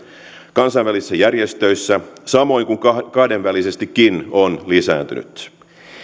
kansainvälissä järjestöissä samoin kuin kahdenvälisestikin on lisääntynyt